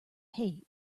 hate